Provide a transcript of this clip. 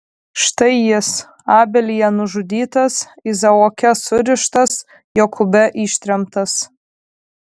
štai jis abelyje nužudytas izaoke surištas jokūbe ištremtas